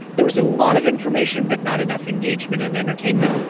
there was a lot of information but not enough engagement and entertainment.